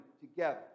together